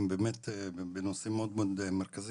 הם באמת בנושאים מאוד מאוד מרכזיים.